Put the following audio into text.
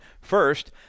First